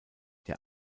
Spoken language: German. der